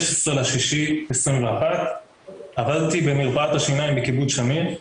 ב-16.6.21 עבדתי במרפאת השיניים בקיבוץ שמיר,